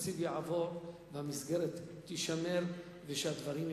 שהתקציב יעבור והמסגרת תישמר ושהדברים ייעשו,